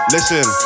Listen